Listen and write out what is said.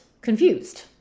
confused